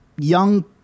Young